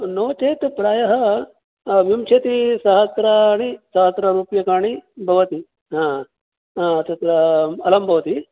नो चेत् प्रायः विंशतिसहस्राणि सहस्ररूप्यकाणि भवति तत्र अलं भवति